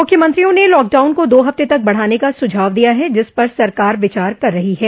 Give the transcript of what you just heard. मुख्यमंत्रियों ने लॉकडाउन को दो हफ्ते तक बढ़ाने का सुझाव दिया है जिस पर सरकार विचार कर रही है